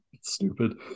stupid